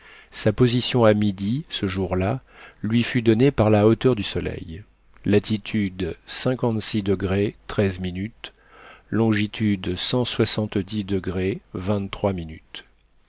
sa position à midi ce jour-là lui fut donnée par la hauteur du soleil latitude longitude